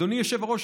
אדוני היושב-ראש,